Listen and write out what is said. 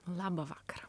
labą vakarą